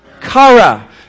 Kara